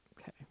Okay